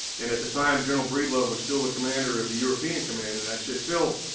and, at the time, general breedlove was still the commander of the european command, and i said, phil,